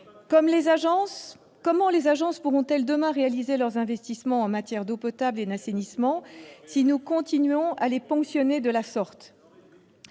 Comment les agences pourront-elles, demain, réaliser leurs investissements en matière d'eau potable et d'assainissement, si nous continuons à les ponctionner de la sorte ?